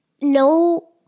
No